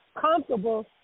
comfortable